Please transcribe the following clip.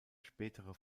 spätere